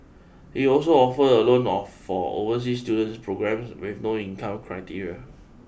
it also offer a loan of for overseas student programmes with no income criteria